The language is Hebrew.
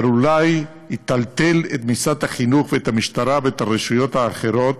אבל אולי יטלטל את משרד החינוך ואת המשטרה ואת הרשויות האחרות,